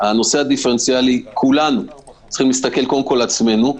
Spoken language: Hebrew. בנושא הדיפרנציאלי כולנו צריכים להסתכל קודם כל על עצמנו,